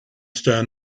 star